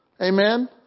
Amen